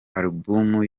alubumu